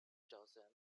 dozen